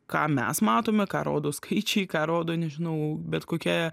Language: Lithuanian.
ką mes matome ką rodo skaičiai ką rodo nežinau bet kokia